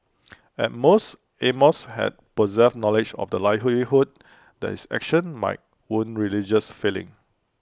at most amos had possessed knowledge of the likelihood that his actions might wound religious feelings